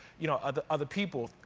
you know, other other people,